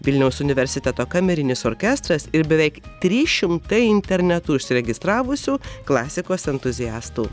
vilniaus universiteto kamerinis orkestras ir beveik trys šimtai internetu užsiregistravusių klasikos entuziastų